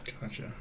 Gotcha